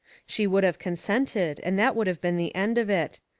she would have consented and that would have been the end of it.